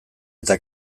eta